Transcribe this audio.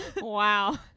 wow